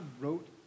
wrote